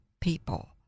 people